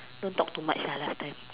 don't talk too much lah last time